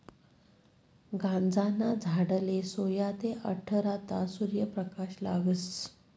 गांजाना झाडले सोया ते आठरा तास सूर्यप्रकाश लागस